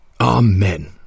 Amen